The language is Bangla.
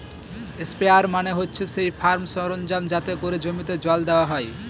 স্প্রেয়ার মানে হচ্ছে সেই ফার্ম সরঞ্জাম যাতে করে জমিতে জল দেওয়া হয়